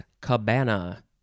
cabana